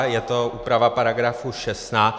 Je to úprava § 16.